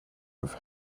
with